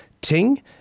Ting